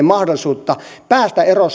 mahdollisuutta päästä eroon